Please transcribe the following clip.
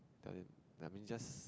tell them I mean just